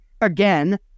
again